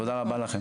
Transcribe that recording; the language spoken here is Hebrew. תודה רבה לכם.